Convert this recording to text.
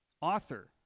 author